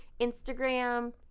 instagram